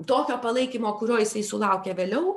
tokio palaikymo kurio jisai sulaukė vėliau